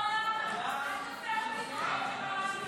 הנושא לוועדה לפניות הציבור